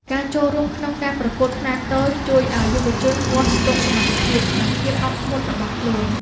ការចូលរួមក្នុងការប្រកួតខ្នាតតូច ជួយឱ្យយុវជនវាស់ស្ទង់សមត្ថភាព និងភាពអត់ធ្មត់របស់ខ្លួន។